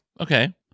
Okay